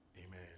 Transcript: Amen